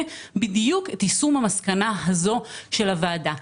בדיוק את יישום המסקנה הזו של הוועדה.